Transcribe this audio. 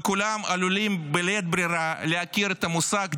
וכולם עלולים בלית ברירה להכיר את המושג "דיפולט"